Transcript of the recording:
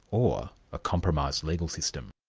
or a compromised legal system?